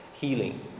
healing